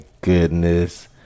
goodness